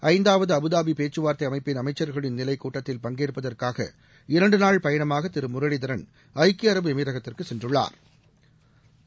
ஐந்தாவது அபுதாபி பேக்கவார்த்தை அமைப்பின் அமைச்சர்களின் நிலை கூட்டத்தில் பங்கேற்பதற்காக இரண்டுநாள் பயணமாக திரு முரளிதரன் ஐக்கிய அரபு எமிரகத்திற்கு சென்றுள்ளாா்